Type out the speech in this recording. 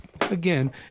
Again